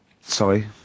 sorry